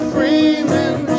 Freeman